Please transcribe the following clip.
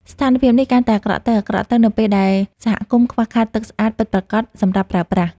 ស្ថានភាពនេះកាន់តែអាក្រក់ទៅៗ នៅពេលដែលសហគមន៍ខ្វះខាតទឹកស្អាតពិតប្រាកដសម្រាប់ប្រើប្រាស់។